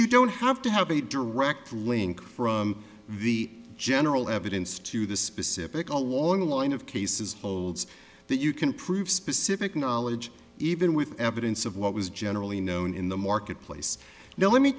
you don't have to have a direct link from the general evidence to the specific a wall in a lot of cases holds that you can prove specific knowledge even with evidence of what was generally known in the marketplace now let me